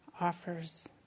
offers